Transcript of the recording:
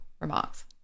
remarks